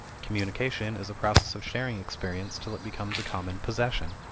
communication is a process of sharing experience till it becomes a common possession.